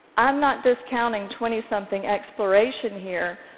i'm not discounting twentysomething exploration here,